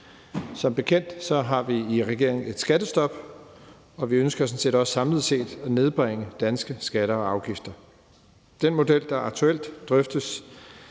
Som bekendt har vi i regeringen indført et skattestop, og vi ønsker sådan set også samlet set at nedbringe danske skatter og afgifter. Den model, der aktuelt drøftes